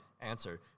answer